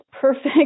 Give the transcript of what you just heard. perfect